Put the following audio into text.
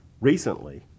recently